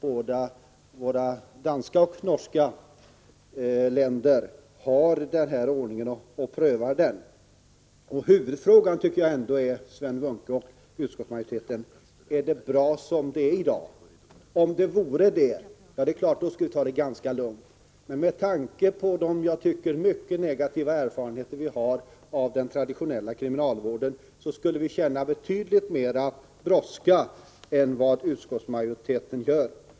Våra danska och norska grannländer provar nämligen detta system. Huvudfrågan är ändå, Sven Munke och utskottsmajoriteten: Är det bra som det är i dag? Om det vore det skulle vi ta det ganska lugnt. Men med tanke på de mycket negativa erfarenheter som vi har av den traditionella kriminalvården borde vi känna betydligt mera brådska än vad utskottsmajoriteten gör.